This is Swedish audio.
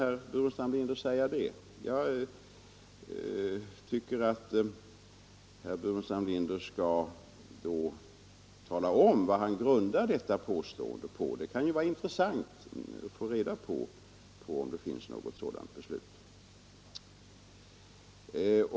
Hur kan herr Burenstam Linder säga det? Jag tycker att herr Burenstam Linder då skall tala om vad han grundar detta påstående på. Det skulle vara intressant att få reda på om det finns något sådant beslut.